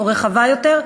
או רחבה יותר,